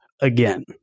again